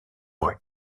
brut